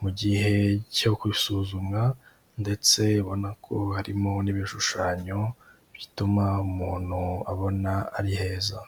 mu gihe cyo gusuzumwa, ndetse ubona ko harimo n'ibishushanyo bituma umuntu abona ari heza.